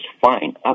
fine